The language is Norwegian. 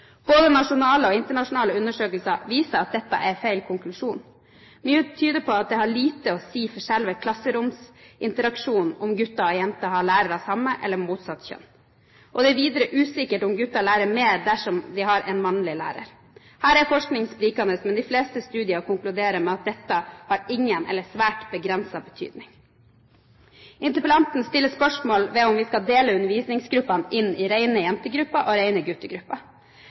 Både nasjonale og internasjonale undersøkelser viser at dette er en feil konklusjon. Mye tyder på at det har lite å si for selve klasseromsinteraksjonen om gutter og jenter har lærer av samme eller av motsatt kjønn. Det er videre usikkert om gutter lærer mer dersom de har en mannlig lærer. Her er forskningen sprikende, men de fleste studier konkluderer med at dette har ingen – eller svært begrenset – betydning. Interpellanten stiller spørsmål ved om vi skal dele undervisningsgruppene inn i rene jente- og